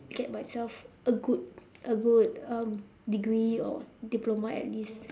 get myself a good a good um degree or diploma at least